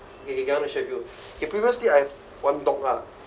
kay kay kay I wanna share with you kay previously I've one dog lah